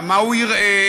גם מה הוא יראה,